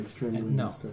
No